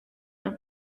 are